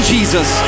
Jesus